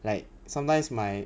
like sometimes my